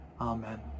Amen